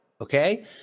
okay